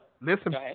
listen